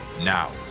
now